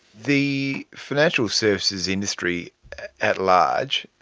the financial services industry at large,